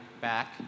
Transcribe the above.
back